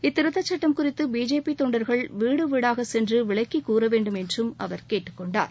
இத்திருத்தச் சுட்டம் குறித்து பிஜேபி தொண்டர்கள் வீடு வீடாகச் சென்று விளக்கிக் கூற வேண்டும் என்றும் அவர் கேட்டுக் கொண்டார்